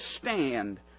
stand